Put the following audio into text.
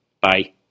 Bye